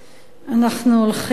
אנחנו הולכים,